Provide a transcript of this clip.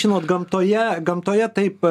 žinot gamtoje gamtoje taip